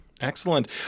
Excellent